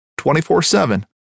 24-7